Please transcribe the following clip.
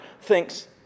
thinks